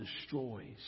destroys